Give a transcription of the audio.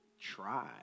try